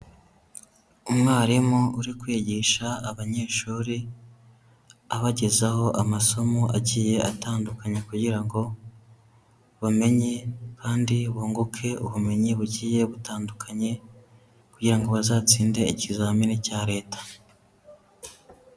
Umwarimu uri kwigisha abanyeshuri abagezaho amasomo agiye atandukanye kugira ngo bamenye kandi bunguke ubumenyi bugiye butandukanye kugira ngo bazatsinde ikizamini cya Leta.